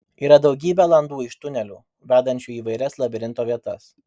yra daugybė landų iš tunelių vedančių į įvairias labirinto vietas